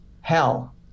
hell